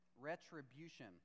Retribution